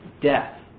death